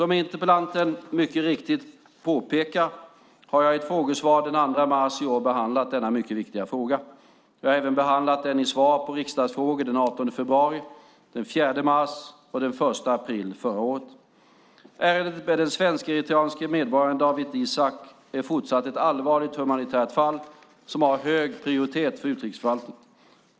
Som interpellanten mycket riktigt påpekar har jag i ett frågesvar den 2 mars i år behandlat denna mycket viktiga fråga. Jag har även behandlat den i svar på riksdagsfrågor den 18 februari, den 4 mars och den 1 april förra året. Ärendet med den svensk-eritreanske medborgaren Dawit Isaak är fortsatt ett allvarligt humanitärt fall som har hög prioritet för utrikesförvaltningen.